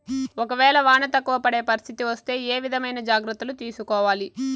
ఒక వేళ వాన తక్కువ పడే పరిస్థితి వస్తే ఏ విధమైన జాగ్రత్తలు తీసుకోవాలి?